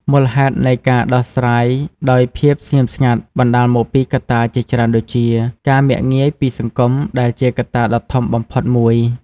មូលហេតុនៃការដោះស្រាយដោយភាពស្ងៀមស្ងាត់បណ្តាលមកកត្តាជាច្រើនដូចជា ការមាក់ងាយពីសង្គមដែលជាកត្តាដ៏ធំបំផុតមួយ។